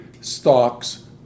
stocks